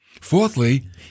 Fourthly